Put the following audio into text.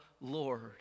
Lord